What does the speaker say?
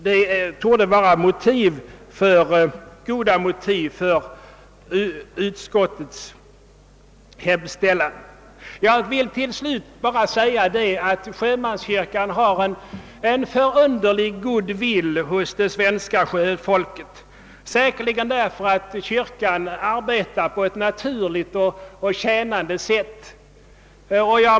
Det torde vara goda motiv för utskottets hemställan. Till slut vill jag understryka att sjömanskyrkan har en utomordentlig goodwill hos det svenska sjöfolket, säkerligen därför att kyrkan arbetar på ett naturligt och tjänande sätt.